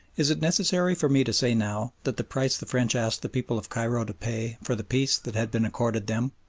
is it necessary for me to say now that the price the french asked the people of cairo to pay for the peace that had been accorded them,